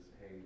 hey